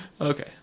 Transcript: Okay